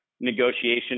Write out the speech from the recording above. negotiation